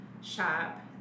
shop